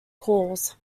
calls